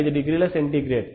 5 డిగ్రీల సెంటీగ్రేడ్